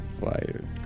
fired